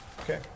Okay